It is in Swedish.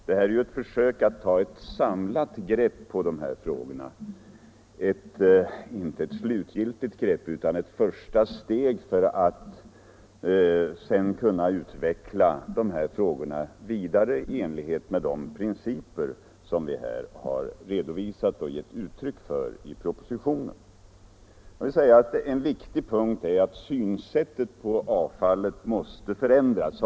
Den är ett försök att ta ett samlat grepp på de här frågorna, inte slutgiltigt utan som ett första steg för att sedan kunna utveckla frågorna i enlighet med de principer som vi har gett uttryck för i propositionen. En viktig sak är att synsättet på avfall måste förändras.